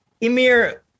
Emir